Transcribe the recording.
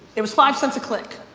it was five cents a click.